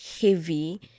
heavy